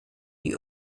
die